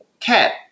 Cat